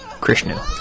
Krishna